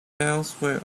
elsewhere